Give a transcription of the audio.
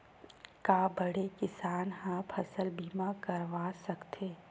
का बड़े किसान ह फसल बीमा करवा सकथे?